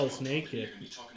naked